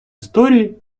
історії